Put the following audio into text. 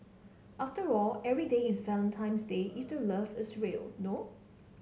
after all every day is Valentine's Day if the love is real no